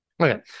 Okay